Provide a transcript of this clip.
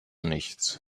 nichts